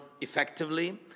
effectively